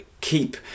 keep